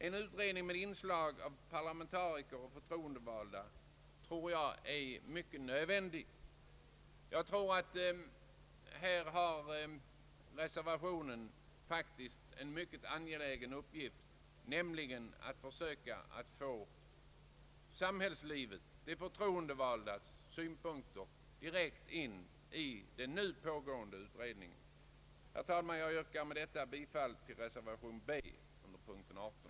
En utredning med inslag av parlamentariker och förtroendevalda är nödvändig. Här har reservationen en mycket angelägen uppgift, nämligen att försöka få de förtroendevaldas synpunkter direkt in i den nu pågående utredningen. Herr talman! Med detta yrkar jag bifall till reservationen b under punkten 18.